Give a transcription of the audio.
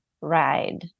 ride